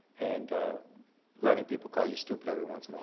and letting people call you stupid every once in a